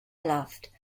loft